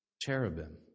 cherubim